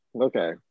okay